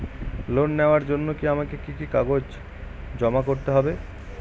Loan নেওয়ার জন্য আমাকে কি কি কাগজ জমা করতে হবে?